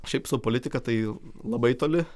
šiaip su politika tai labai toli